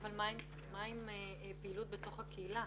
מה עם פעילות בתוך הקהילה?